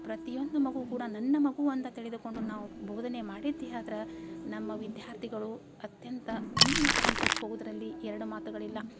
ಪ್ರತಿಯೊಂದು ಮಗು ಕೂಡ ನನ್ನ ಮಗು ಅಂತ ತಿಳಿದುಕೊಂಡು ನಾವು ಬೋಧನೆ ಮಾಡಿದ್ದೇ ಆದ್ರೆ ನಮ್ಮ ವಿದ್ಯಾರ್ಥಿಗಳು ಅತ್ಯಂತ ಉನ್ನತ ಹಂತಕ್ಕೆ ಹೋಗೋದರಲ್ಲಿ ಎರಡು ಮಾತುಗಳಿಲ್ಲ